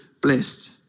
blessed